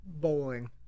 Bowling